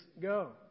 go